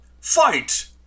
fight